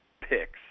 picks